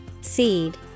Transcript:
Seed